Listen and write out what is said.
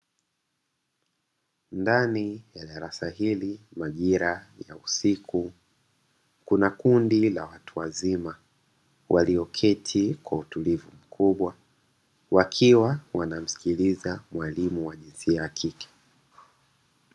Ndani ya darasa hili, majira ya usiku kuna kundi la watu wazima walioketi kwa utulivu mkubwa wakiwa wanamsikiliza mwalimu wa jinsia ya kike.